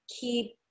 keep